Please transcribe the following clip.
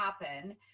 happen